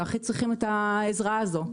שהכי צריכים את העזרה הזו.